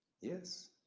Yes